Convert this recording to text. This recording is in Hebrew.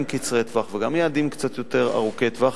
קצרי טווח וגם יעדים קצת יותר ארוכי טווח,